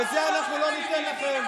היא הפוכה לדמוקרטיה,